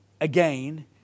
again